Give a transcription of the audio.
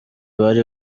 bari